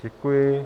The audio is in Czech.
Děkuji.